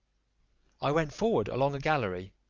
i went forward along a gallery,